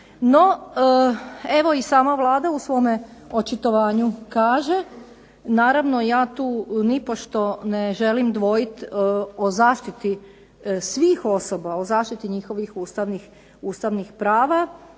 No, evo i sama Vlada u svome očitovanju kaže naravno ja tu nipošto ne želim dvojiti o zaštiti svih osoba, o zaštiti njihovih ustavnih prava